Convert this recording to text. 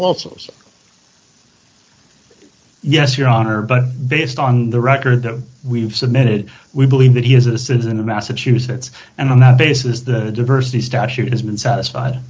walters yes your honor but based on the record of we've submitted we believe that he is a citizen of massachusetts and on that basis the diversity statute has been satisfied